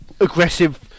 aggressive